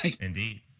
indeed